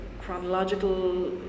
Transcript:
chronological